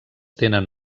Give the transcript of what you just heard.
tenen